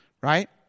right